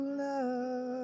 love